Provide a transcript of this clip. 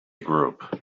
group